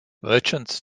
merchants